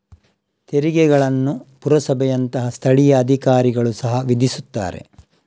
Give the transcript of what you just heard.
ತೆರಿಗೆಗಳನ್ನು ಪುರಸಭೆಯಂತಹ ಸ್ಥಳೀಯ ಅಧಿಕಾರಿಗಳು ಸಹ ವಿಧಿಸುತ್ತಾರೆ